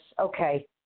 okay